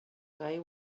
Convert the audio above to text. day